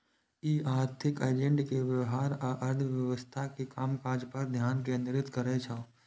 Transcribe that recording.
ई आर्थिक एजेंट के व्यवहार आ अर्थव्यवस्था के कामकाज पर ध्यान केंद्रित करै छै